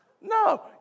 No